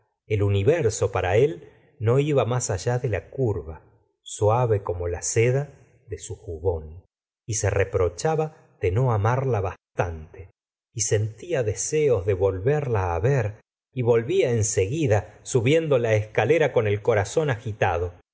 el universo para él no iba más allá de la curva suave como la seda de su jubón y se reprochaba de no amarla bastante y sentía deseos de volverla á ver y volvía en seguida subiendo la escalera con el corazón agitado